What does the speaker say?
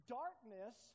darkness